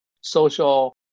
social